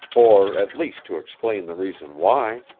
or at least to explain the reason why.